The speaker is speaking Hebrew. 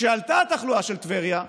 כשעלתה התחלואה בטבריה,